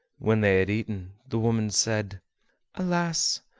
when they had eaten, the woman said alas!